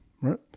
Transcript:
Right